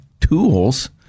tools